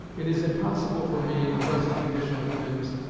it is impossible for me, in the present condition of things,